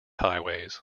highways